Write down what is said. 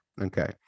Okay